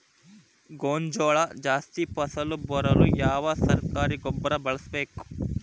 ಗೋಂಜಾಳ ಜಾಸ್ತಿ ಫಸಲು ಬರಲು ಯಾವ ಸರಕಾರಿ ಗೊಬ್ಬರ ಬಳಸಬೇಕು?